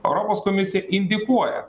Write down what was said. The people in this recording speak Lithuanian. europos komisija indikuoja